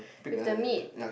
with the meat